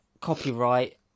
copyright